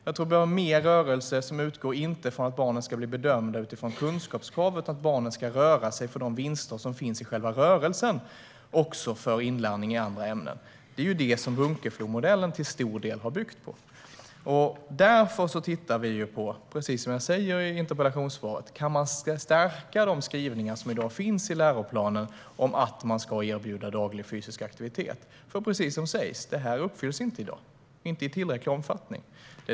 Vi behöver mer rörelse som inte utgår från att barnen ska bli bedömda utifrån kunskapskravet utan att barnen ska röra sig för de vinster som finns i själva rörelsen, också för inlärning i andra ämnen. Bunkeflomodellen bygger till stor del på detta. Precis som jag säger i interpellationssvaret tittar vi därför på om vi kan stärka de skrivningar som finns i läroplanen om att man ska erbjuda daglig fysisk aktivitet, för detta uppfylls som sagt inte i tillräcklig omfattning i dag.